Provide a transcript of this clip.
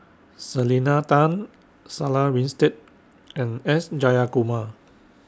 Selena Tan Sarah Winstedt and S Jayakumar